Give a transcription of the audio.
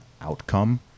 outcome